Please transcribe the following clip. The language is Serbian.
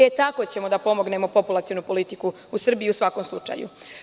E, tako ćemo da pomognemo populacionu politiku u Srbiji u svakom slučaju.